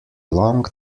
long